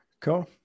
cool